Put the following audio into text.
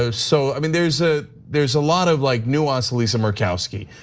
so so i mean, there's ah there's a lot of like nuance to lisa murkowski.